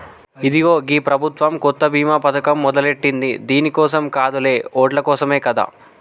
ఇదిగో గీ ప్రభుత్వం కొత్త బీమా పథకం మొదలెట్టింది దీని కోసం కాదులే ఓట్ల కోసమే కదా